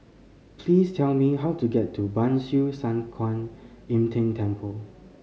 please tell me how to get to Ban Siew San Kuan Im Tng Temple